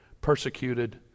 persecuted